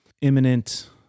imminent